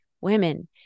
women